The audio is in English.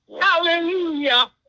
Hallelujah